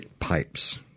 Pipes